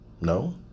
No